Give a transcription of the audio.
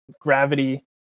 gravity